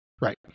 Right